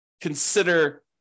consider